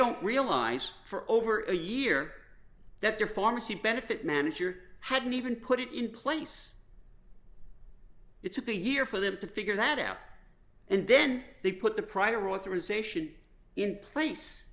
don't realize for over a year that their pharmacy benefit manager hadn't even put it in place it's a big year for them to figure that out and then they put the prior authorization in place